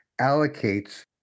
allocates